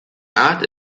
art